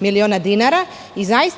dinara.